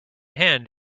hand